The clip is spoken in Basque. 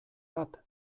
bat